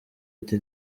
ati